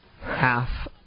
Half